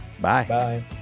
Bye